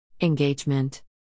engagement